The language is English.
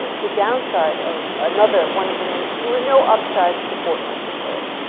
the downside of, another, one of the many. there were no upsides to portnoy for philip,